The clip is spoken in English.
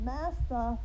Master